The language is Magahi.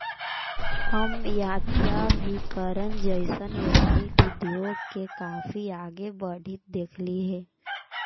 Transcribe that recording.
हम यात्राभिकरण जइसन एथनिक उद्योग के काफी आगे बढ़ित देखली हे